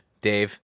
Dave